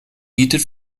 bietet